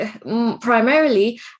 primarily